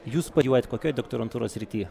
jūs studijuojat kokioj doktorantūros srity